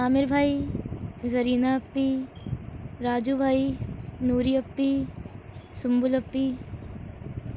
عامر بھائی زرینہ اپی راجو بھائی نوری اپی سنبل اپی